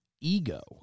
ego